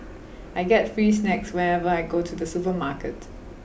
I get free snacks whenever I go to the supermarket